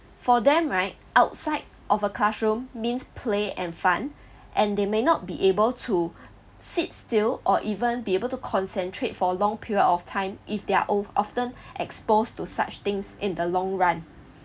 for them right outside of a classroom means play and fun and they may not be able to sit still or even be able to concentrate for long period of time if their o~ often exposed to such things in the long run